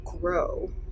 grow